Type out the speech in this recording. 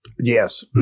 Yes